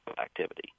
activity